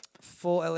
Full